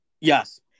Yes